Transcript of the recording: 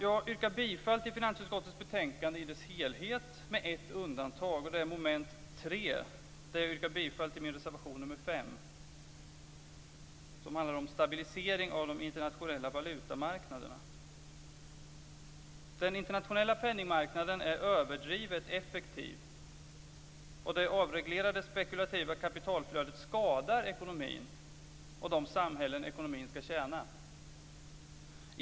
Jag yrkar bifall till hemställan i finansutskottets betänkande i dess helhet, med undantag av mom. 3. Där yrkar jag bifall till min reservation, nämligen reservation nr 5, som handlar om stabilisering av de internationella valutamarknaderna. Den internationella penningmarknaden är överdrivet effektiv. Det avreglerade spekulativa kapitalflödet skadar ekonomin och de samhällen som ekonomin skall tjäna.